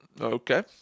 Okay